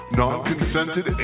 non-consented